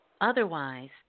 Otherwise